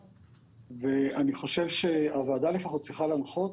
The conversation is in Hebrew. ואני חושב שהוועדה צריכה לפחות להנחות